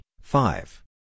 five